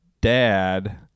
dad